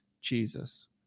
Jesus